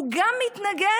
הוא גם מתנגד